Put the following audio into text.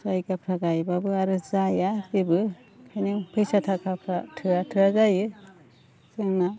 जायगाफ्रा गायब्लाबो आरो जाया जेबो बेखायनो फैसा थाखाफ्रा थोआ थोआ जायो जोंना